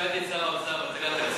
כשאני שאלתי את שר האוצר בהצגת התקציב,